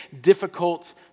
difficult